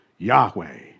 Yahweh